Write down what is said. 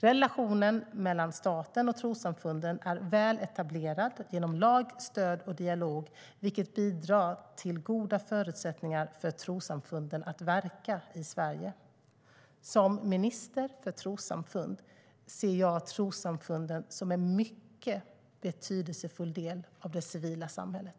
Relationen mellan staten och trossamfunden är väl etablerad genom lag, stöd och dialog, vilket bidrar till goda förutsättningar för trossamfunden att verka i Sverige. Som minister för trossamfund ser jag trossamfunden som en mycket betydelsefull del av det civila samhället.